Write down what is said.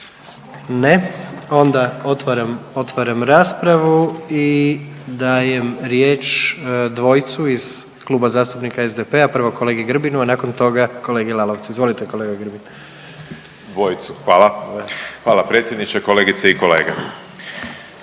Ne. Onda otvaram raspravu i dajem riječ dvojcu iz Kluba zastupnika SDP-a, prvo kolegi Grbinu, a nakon toga kolegi Lalovcu. Izvolite kolega Grbin. **Grbin, Peđa (SDP)** Obojicu, hvala, hvala predsjedniče. Kolegice i kolege,